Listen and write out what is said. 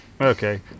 Okay